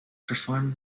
perform